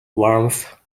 warmth